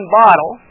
bottle